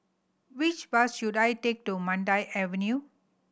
which bus should I take to Mandai Avenue